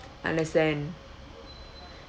understand